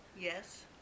Yes